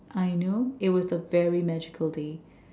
I know it was a very magical day